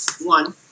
one